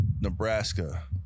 Nebraska